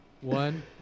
one